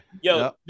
Yo